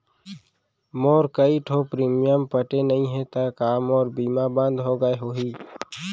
मोर कई ठो प्रीमियम पटे नई हे ता का मोर बीमा बंद हो गए होही?